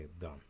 done